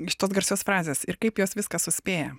iš tos garsios frazės ir kaip jos viską suspėja